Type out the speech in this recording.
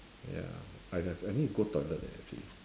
ya I have I need to go toilet eh actually